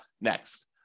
next